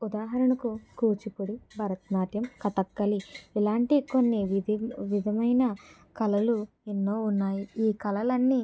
ఉదాహరణకు కూచిపూడి భరతనాట్యం కథాకళి ఇలాంటి కొన్ని విది విధమైన కళలు ఎన్నో ఉన్నాయి ఈ కళలన్నీ